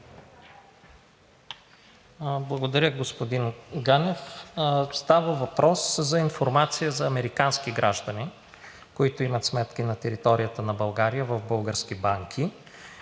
Благодаря, господин Ганев. Става въпрос за информация за американски граждани, които имат сметки на територията на България в български банки.